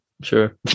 sure